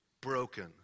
broken